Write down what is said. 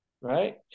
Right